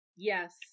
Yes